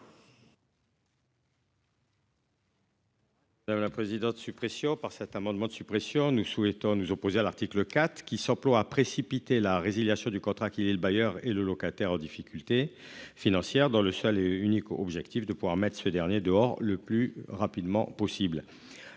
suppression par cet amendement de suppression. Nous souhaitons nous opposer à l'article 4 qui s'emploie à précipiter la résiliation du contrat qui lie le bailleur et le locataire en difficulté financière, dans le seul et unique objectif de pouvoir mettre ce dernier dehors le plus rapidement possible